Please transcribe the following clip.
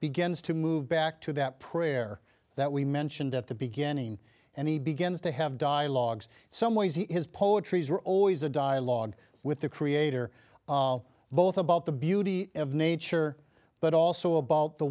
begins to move back to that prayer that we mentioned at the beginning and he begins to have dialogues some ways he is poetry's are always a dialogue with the creator both about the beauty of nature but also about the